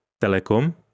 telecom